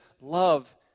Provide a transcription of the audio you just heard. love